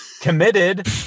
Committed